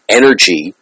energy